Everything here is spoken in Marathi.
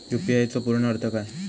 यू.पी.आय चो पूर्ण अर्थ काय?